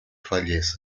fallece